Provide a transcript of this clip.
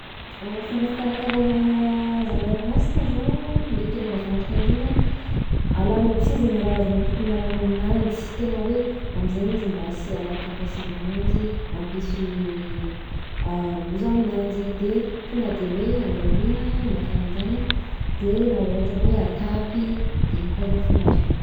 Fomba fikarakarana hazan-dranomasina zao an, le tena azo antoka indrindra: alanao aby si zezgny raha azonao tokony alana aminanjy tegna hoe: am'zegny izy mba sy halaky hampasimba ananjy hampisy loza aminanjy de, tonga de hoe handrahoina na karanzany an, de na ohatra koa hoe atapy, de iny koa fomba azo antoka hikarakarana ananjy.